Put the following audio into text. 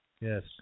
Yes